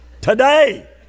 today